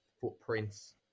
footprints